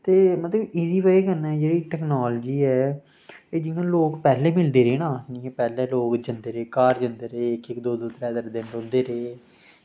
ते मतलब कि एह्दी बजह कन्नै जेह्ड़ी टेक्नोलॉज़ी ऐ एह् जि'यां लोग पैह्लें मिलदे रेह् ना पैह्लें लोक जंदे रेह् घर जंदे रेह् इक्क इक्क दो दो तिन्न तिन्न दिन घर रौंह्दे रेह्